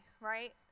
right